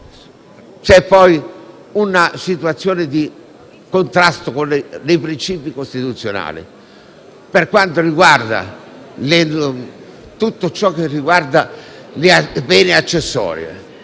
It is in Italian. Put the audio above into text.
C'è poi una situazione di contrasto con i princìpi costituzionali per quanto riguarda tutto ciò che inerisce alle pene accessorie.